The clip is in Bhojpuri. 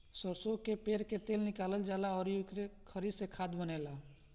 सरसो कअ पेर के तेल निकालल जाला अउरी ओकरी खरी से खाद बनेला